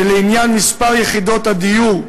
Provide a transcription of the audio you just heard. שלעניין מספר יחידות הדיור,